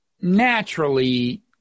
naturally